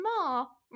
small